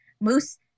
moose